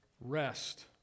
Rest